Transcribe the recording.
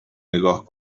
نگاه